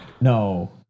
No